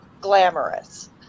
glamorous